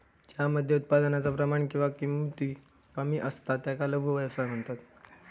ज्या मध्ये उत्पादनाचा प्रमाण किंवा किंमत कमी असता त्याका लघु व्यवसाय म्हणतत